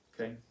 Okay